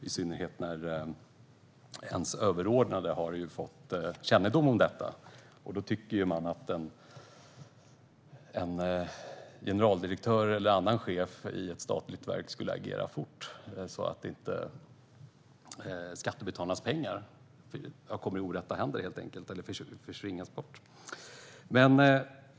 I synnerhet när ens överordnade har fått kännedom om något tycker man ju att en generaldirektör eller en annan chef i ett statligt verk borde agera fort så att inte skattebetalarnas pengar helt enkelt kommer i orätta händer eller försnillas.